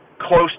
close